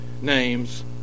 name's